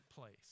place